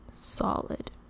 solid